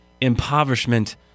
impoverishment